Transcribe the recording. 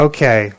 Okay